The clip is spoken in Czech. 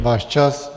Váš čas.